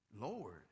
Lord